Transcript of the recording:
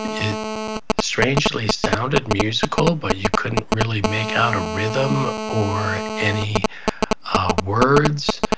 it strangely sounded musical, but you couldn't really make out a rhythm or any words.